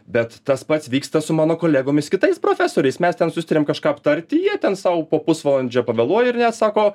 bet tas pats vyksta su mano kolegomis kitais profesoriais mes ten susitariam kažką aptarti jie ten sau po pusvalandžio pavėluoja ir net sako